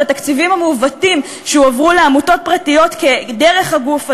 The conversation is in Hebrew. התקציבים המעוותים שהועברו לעמותות פרטיות דרך הגוף הזה.